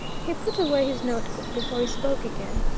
he put away his notebook before he spoke again,